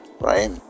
right